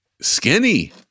skinny